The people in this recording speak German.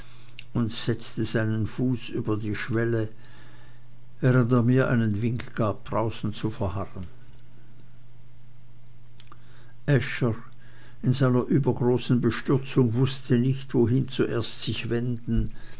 und setzte seinen fuß über die schwelle während er mir einen wink gab draußen zu verharren äscher in seiner übergroßen bestürzung wußte nicht wohin zuerst sich wenden